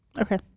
okay